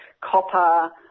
copper